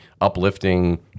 uplifting